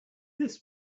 this